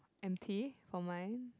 empty on mine